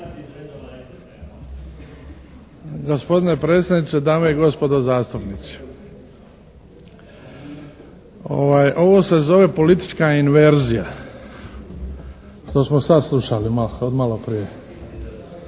Gospodine predsjedniče, dame i gospodo zastupnici. Ovo se zove politička inverzija što smo sad slušali maloprije.